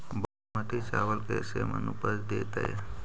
बासमती चावल कैसे मन उपज देतै?